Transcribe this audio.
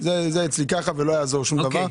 אצלי ולא יעזור שום דבר.